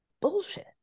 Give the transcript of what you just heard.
bullshit